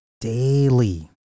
daily